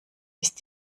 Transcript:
ist